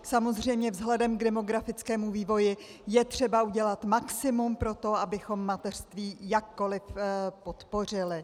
Samozřejmě vzhledem k demografickému vývoji je třeba udělat maximum pro to, abychom mateřství jakkoliv podpořili.